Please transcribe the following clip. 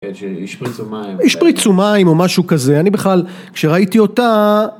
השפריצו מים או משהו כזה אני בכלל כשראיתי אותה